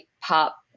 pop